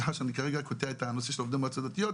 סליחה שאני קוטע את הנושא של עובדי מועצות דתיות,